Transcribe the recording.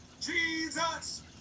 Jesus